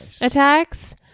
attacks